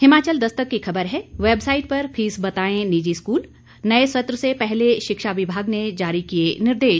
हिमाचल दस्तक की खबर है वेबसाइट पर फीस बताएं निजी स्कूल नए सत्र से पहले शिक्षा विभाग ने जारी किये निर्देश